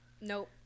Nope